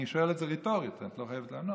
אני שואל את זה רטורית, את לא חייבת לענות.